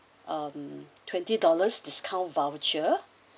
um twenty dollars discount voucher